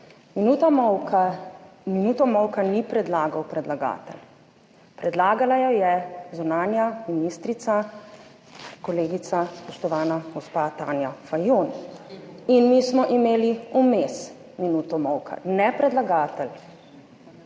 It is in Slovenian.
minuto molka ni predlagal predlagatelj, predlagala jo je zunanja ministrica, kolegica spoštovana gospa Tanja Fajon in mi smo imeli vmes minuto molka. Ne predlagatelj,